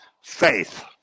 Faith